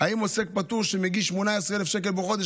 האם עוסק פטור שמגיש 18,000 שקל בחודש,